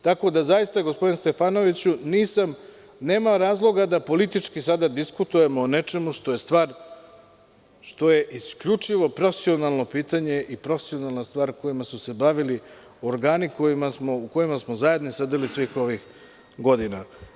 Tako da zaista gospodine Stefanoviću, nema razloga da sada politički diskutujemo o nečemu što je stvar, što je isključivo profesionalno pitanje i profesionalna stvar kojom su se bavili organi u kojima smo zajedno sedeli svih ovih godina.